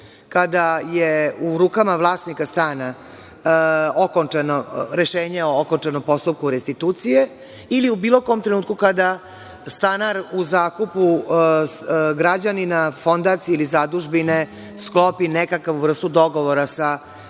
kada je u rukama vlasnika stana rešenje o okončanom postupku restitucije, ili u bilo kom trenutku kada stanar u zakupu građanina, fondacije ili zadužbine sklopi nekakvu vrstu dogovora sa